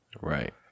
Right